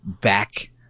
back